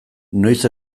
noiz